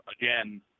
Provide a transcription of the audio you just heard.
again